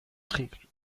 trinken